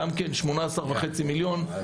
גם כן 18,500,000 ₪.